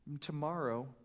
Tomorrow